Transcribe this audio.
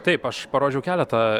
taip aš parodžiau keletą